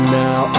now